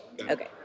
Okay